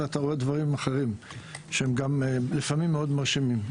רואה דברים אחרים שהם גם לפעמים מאוד מרשימים.